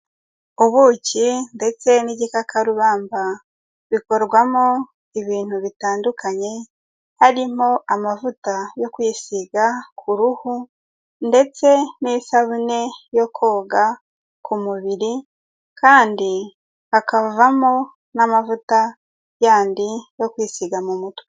Ubuki ndetse n'igikakarubamba, bikorwamo ibintu bitandukanye, harimo amavuta yo kwisiga ku ruhu ndetse n'isabune yo koga ku mubiri kandi hakavamo n'amavuta yandi yo kwisiga mu mutwe.